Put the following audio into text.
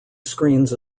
screens